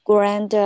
Grand